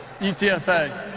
UTSA